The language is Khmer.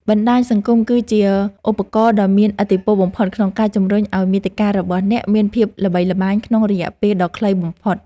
បណ្តាញសង្គមគឺជាឧបករណ៍ដ៏មានឥទ្ធិពលបំផុតក្នុងការជំរុញឱ្យមាតិការបស់អ្នកមានភាពល្បីល្បាញក្នុងរយៈពេលដ៏ខ្លីបំផុត។